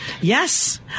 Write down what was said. Yes